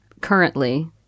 currently